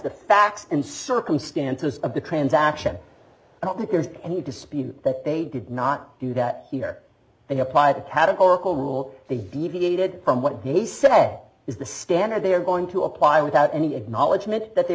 the facts and circumstances of the transaction and i think there's any dispute that they did not do that here and apply a categorical rule they deviated from what he said is the standard they are going to apply without any acknowledgement that they